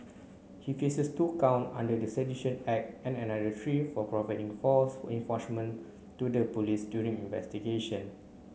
he faces two count under the Sedition Act and another three for providing false to the police during investigation